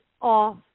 off